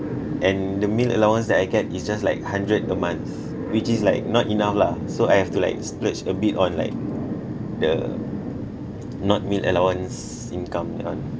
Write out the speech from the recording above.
and the main allowance that I get is just like hundred a month which is like not enough lah so I have to like splurge a bit on like the not meal allowance income that [one]